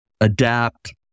adapt